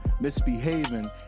misbehaving